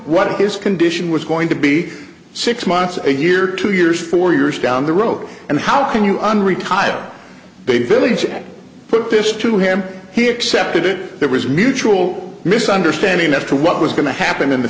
what his condition was going to be six months a year two years four years down the road and how can you unretire big village and put this to him he accepted it there was mutual misunderstanding as to what was going to happen in the